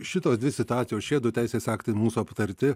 šitos dvi situacijos šiedu teisės aktai mūsų aptarti